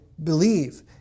Believe